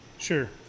Sure